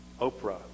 Oprah